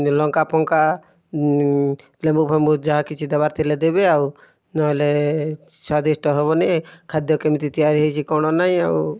ଲଙ୍କାଫଙ୍କା ଲେମ୍ବୁଫେମ୍ବୁ ଯାହା କିଛି ଦେବାର ଥିଲେ ଦେବେ ଆଉ ନେହେଲେ ସ୍ୱାଦିଷ୍ଟ ହେବନି ଖାଦ୍ୟ କେମିତି ତିଆରି ହେଇଛି କ'ଣ ନାହିଁ ଆଉ